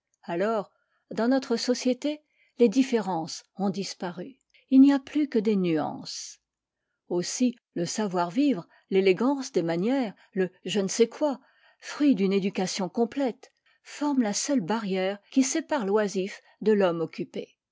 alors dans notre société les différences ont disparu il n'y a plus que des nuances aussi le savoir-vivre l'élégance des manières le je ne sais quoi fruit d'une éducation complète forment la seule barrière qui sépare l'oisif de l'homme occupé